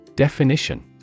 Definition